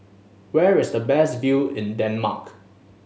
where is the best view in Denmark